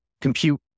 compute